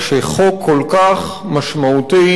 כשחוק כל כך משמעותי,